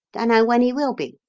dunno when he will be.